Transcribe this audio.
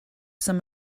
some